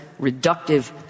reductive